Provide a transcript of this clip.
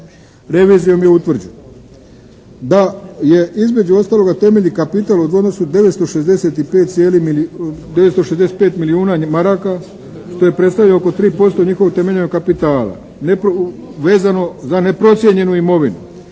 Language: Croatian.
Revizijom je utvrđeno da je između ostaloga temeljni kapital u …/Govornik se ne razumije./… 965 milijuna maraka što je predstavljalo oko 3% njihovog temeljnog kapitala vezano za neprocijenjenu imovinu